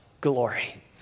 glory